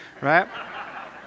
right